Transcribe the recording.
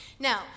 Now